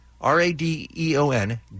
R-A-D-E-O-N